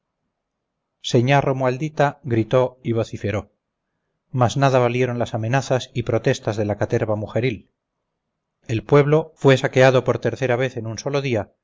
señá romualdita gritó y vociferó mas nada valieron las amenazas y protestas de la caterva mujeril el pueblo fue saqueado por tercera vez en un solo día